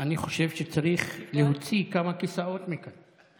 אני חושב שצריך להוציא כמה כיסאות מכאן.